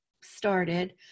started